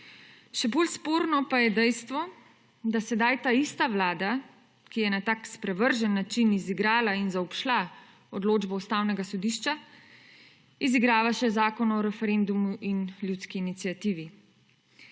Še bolj sporno pa je dejstvo, da sedaj ta ista vlada, ki je na tak sprevržen način izigrala in zaobšla odločbo Ustavnega sodišča, izigrava še Zakon o referendumu in ljudski iniciativi.